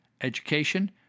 education